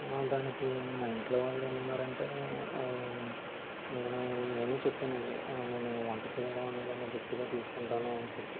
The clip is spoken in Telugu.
దానికి మా ఇంట్లో వాళ్ళు ఏమన్నారు అంటే నేను నేను చెప్పానండి అ నేను వంట చేయడం అనే దాన్ని వృత్తిగా తీసుకుంటాను అని చెప్పి